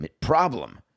problem